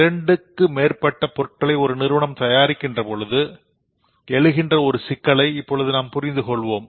இரண்டுக்கும் மேற்பட்ட பொருள்களை ஒரு நிறுவனம் தயாரிக்கின்ற பொழுது எழுகின்ற ஒரு சிக்கலை இப்பொழுது நாம் புரிந்துகொள்வோம்